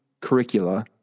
curricula